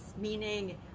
meaning